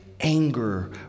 anger